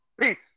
Peace